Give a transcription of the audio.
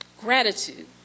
Gratitude